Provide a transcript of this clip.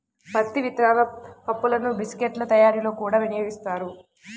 పత్తి విత్తనాల పప్పులను బిస్కెట్ల తయారీలో కూడా వినియోగిస్తారు